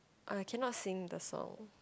I cannot sing the song